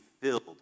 filled